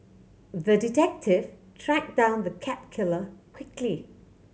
the detective tracked down the cat killer quickly